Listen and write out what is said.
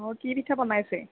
অ কি পিঠা বনাইছে